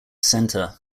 center